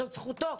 זאת זכותו.